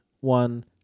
one